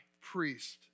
priest